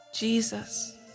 Jesus